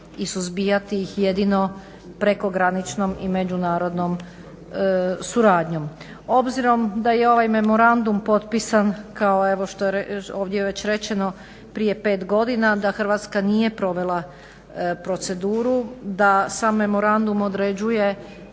i suzbijati ih jedino prekograničnom i međunarodnom suradnjom. Obzirom da je ovaj memorandum potpisan kao evo što je ovdje već rečeno prije pet godina, da Hrvatska nije provela proceduru, da sam memorandum određuje